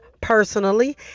personally